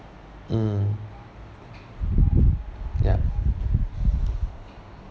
mm ya